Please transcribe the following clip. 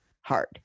hard